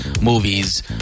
movies